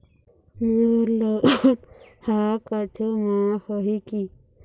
मोर loan हा कुछू माफ होही की?